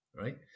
right